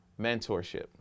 mentorship